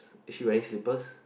is she wearing slippers